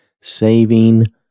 saving